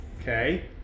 Okay